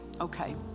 Okay